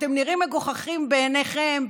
אתם נראים מגוחכים בעיניכם,